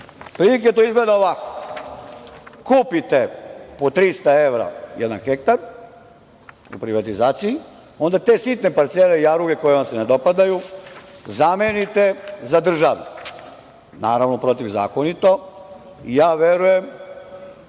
otprilike izgleda ovako. Kupite po 300 evra jedan hektar u privatizaciji i onda te sitne parcele i jaruge koje vam se ne dopadaju zamenite za državne, naravno, protivzakonito i verujem